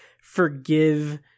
forgive